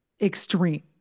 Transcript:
extreme